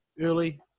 early